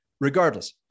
Regardless